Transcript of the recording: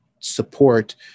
support